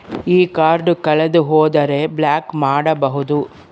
ಈ ಕಾರ್ಡ್ ಕಳೆದು ಹೋದರೆ ಬ್ಲಾಕ್ ಮಾಡಬಹುದು?